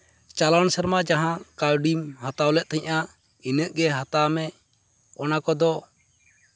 ᱪᱟᱞᱟᱣᱮᱱ ᱥᱮᱨᱢᱟ ᱡᱟᱦᱟᱸ ᱠᱟᱹᱣᱰᱤᱢ ᱦᱟᱛᱟᱣ ᱞᱮᱫ ᱛᱟᱦᱮᱱᱟ ᱤᱱᱟᱹᱜ ᱜᱮ ᱦᱟᱛᱟᱣ ᱢᱮ ᱚᱱᱟ ᱠᱚᱫᱚ